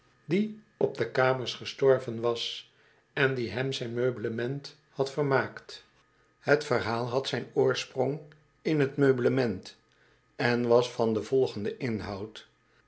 die op de kamers gestorven was en die hem zijn meublement had vermaakt het verhaal had zijn oorsprong in t meublement en was van den volgenden inhoud